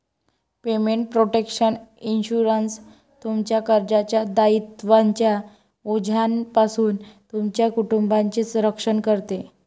payment protection insurance, तुमच्या कर्जाच्या दायित्वांच्या ओझ्यापासून तुमच्या कुटुंबाचे रक्षण करते